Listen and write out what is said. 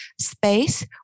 space